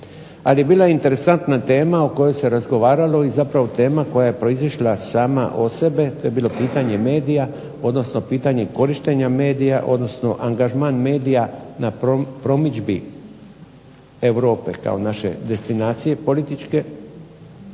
ali je bila interesantna tema o kojoj se razgovaralo i zapravo tema koja je proizišla sama od sebe to je bilo pitanje medija, odnosno pitanje korištenja medija, odnosno angažman medija na promidžbi Europe kao naše destinacije političke